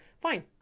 Fine